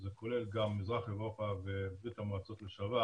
זה כולל גם מזרח אירופה וברית המועצות לשעבר,